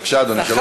בבקשה, אדוני.